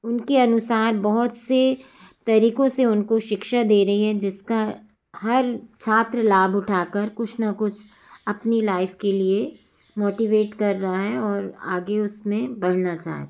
उनके अनुसार बहुत से तरीकों से उनको शिक्षा दे रही है जिसका हर छात्र लाभ उठाकर कुछ न कुछ अपनी लाइफ के लिए मोटीवेट कर रहा है और आगे उसमें बढ़ना चाहता है